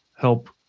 help